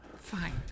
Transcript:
Fine